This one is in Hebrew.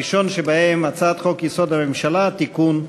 הראשון שבהם, הצעת חוק-יסוד: הממשלה (תיקון).